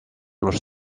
los